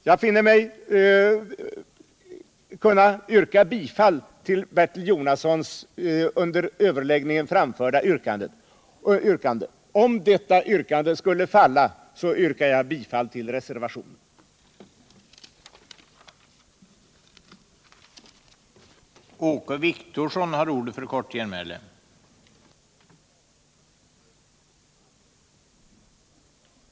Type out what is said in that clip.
Jag finner mig alltså kunna yrka bifall till Bertil Jonassons under över = Jordbrukspolitiläggningen framförda yrkande. Om detta yrkande skulle falla yrkar jag — ken, m.m. bifall till reservationen 5.